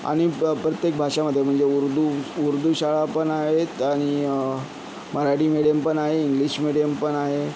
आणि प्र प्रत्येक भाषामधे म्हणजे उर्दू उर्दू शाळापण आहेत आणि मराठी मेडियमपण आहे इंग्लिश मेडियमपण आहे